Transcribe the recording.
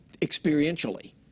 experientially